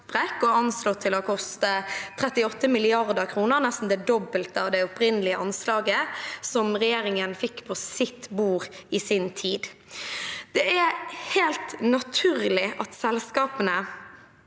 er anslått til å koste 38 mrd. kr, nesten det dobbelte av det opprinnelige anslaget som regjeringen fikk på sitt bord i sin tid. Det er helt naturlig at selskapene